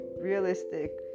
realistic